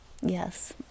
Yes